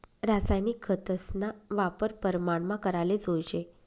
रासायनिक खतस्ना वापर परमानमा कराले जोयजे